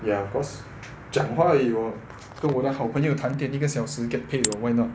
ya cause 讲话而已喔跟我的好朋友谈点一个小时 get paid why not